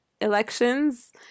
elections